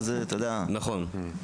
נכון,